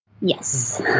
Yes